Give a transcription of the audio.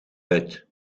uit